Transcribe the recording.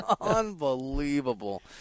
Unbelievable